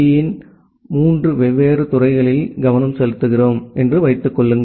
யின் மூன்று வெவ்வேறு துறைகளில் கவனம் செலுத்துகிறோம் என்று வைத்துக் கொள்ளுங்கள்